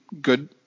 Good